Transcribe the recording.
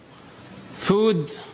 food